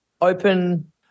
open